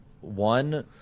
one